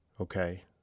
Okay